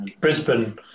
Brisbane